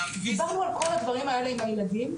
דיברנו על כל הדברים האלה עם הילדים,